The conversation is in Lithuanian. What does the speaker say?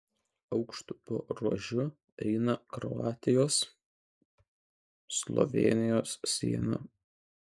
aukštupio ruožu eina kroatijos slovėnijos siena